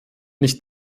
nicht